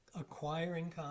acquiring